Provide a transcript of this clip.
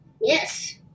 Yes